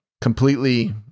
completely